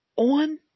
On